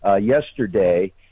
yesterday